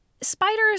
spiders